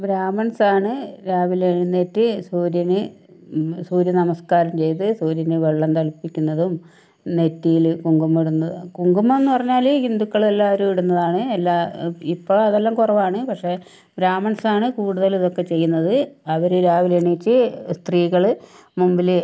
ബ്രാഹ്മിൻസ് ആണ് രാവിലെ എഴുന്നേറ്റ് സൂര്യന് സൂര്യനമസ്കാരം ചെയ്ത് സൂര്യന് വെള്ളം തളപ്പിക്കുന്നതും നെറ്റിയിൽ കുങ്കുമം ഇടുന്ന കുങ്കുമംന്ന് പറഞ്ഞാല് ഹിന്ദുക്കള് എല്ലാവരും ഇടുന്നതാണ് എല്ലാ ഇപ്പൊൾ അതെല്ലാം കുറവാണ് പക്ഷെ ബ്രാഹ്മിൻസ് ആണ് കൂടുതല് ഇതൊക്കെ ചെയ്യുന്നത് അവര് രാവിലെ എണീച്ച് സ്ത്രീകള് മുമ്പില്